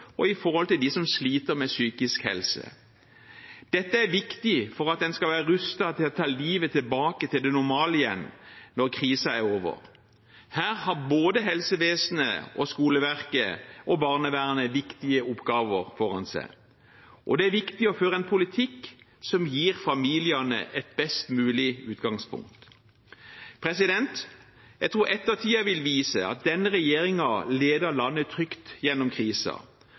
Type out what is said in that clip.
de som sliter med psykisk helse. Dette er viktig for at en skal være rustet til å ta livet tilbake til det normale igjen når krisen er over. Her har både helsevesenet, skoleverket og barnevernet viktige oppgaver foran seg, og det er viktig å føre en politikk som gir familiene et best mulig utgangspunkt. Jeg tror ettertiden vil vise at denne regjeringen ledet landet trygt gjennom